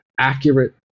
accurate